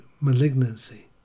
malignancy